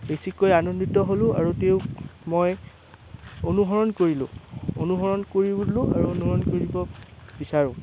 বেছিকৈ আনন্দিত হ'লোঁ আৰু তেওঁক মই অনুসৰণ কৰিলোঁ অনুসৰণ কৰিলোঁ আৰু অনুসৰণ কৰিব বিচাৰোঁ